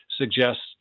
suggests